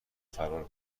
فرار